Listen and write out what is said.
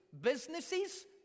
businesses